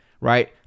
right